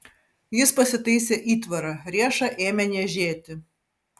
jis pasitaisė įtvarą riešą ėmė niežėti